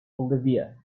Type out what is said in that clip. olivia